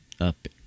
up